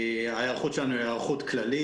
ההיערכות שלנו היא היערכות כללית,